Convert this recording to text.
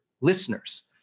listeners